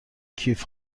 کیف